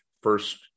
first